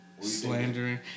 Slandering